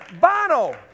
Bono